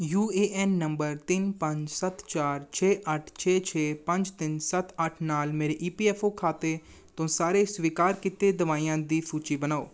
you A N ਨੰਬਰ ਤਿੰਨ ਪੰਜ ਸੱਤ ਚਾਰ ਛੇ ਅੱਠ ਛੇ ਛੇ ਪੰਜ ਤਿੰਨ ਸੱਤ ਅੱਠ ਨਾਲ ਮੇਰੇ ਈ ਪੀ ਐਫ ਓ ਖਾਤੇ ਤੋਂ ਸਾਰੇ ਸਵੀਕਾਰ ਕੀਤੇ ਦਵਾਈਆਂ ਦੀ ਸੂਚੀ ਬਣਾਓ